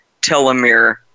telomere